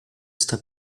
está